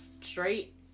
straight